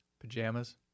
Pajamas